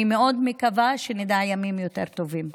אני מאוד מקווה שנדע ימים יותר טובים.